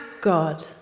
God